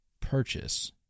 purchase